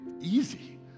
easy